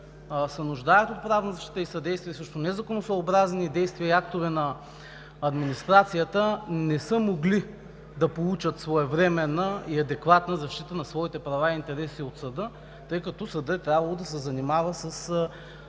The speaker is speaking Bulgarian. се нуждаят от правна защита и съдействие срещу незаконосъобразни действия и актове на администрацията, не са могли да получат своевременна и адекватна защита на своите права и интереси от съда, тъй като съдът е трябвало да се занимава с